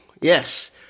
Yes